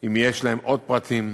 אם יש להם עוד פרטים,